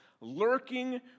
lurking